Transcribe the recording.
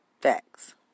Facts